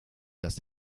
dass